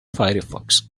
firefox